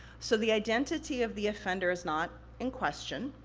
so, the identity of the offender is not in question,